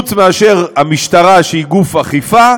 חוץ מהמשטרה, שהיא גוף אכיפה,